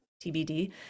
tbd